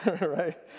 right